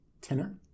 tenor